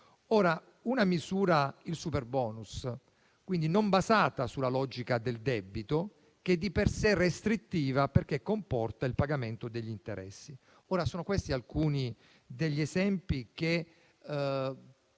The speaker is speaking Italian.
Una misura come il superbonus, non basata sulla logica del debito, è di per sé restrittiva perché comporta il pagamento degli interessi. Sono questi alcuni degli esempi che